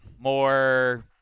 More –